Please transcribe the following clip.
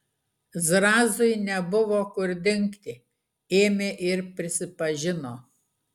zrazui nebuvo kur dingti ėmė ir prisipažino